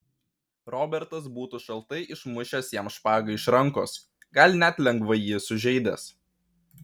robertas būtų šaltai išmušęs jam špagą iš rankos gal net lengvai jį sužeidęs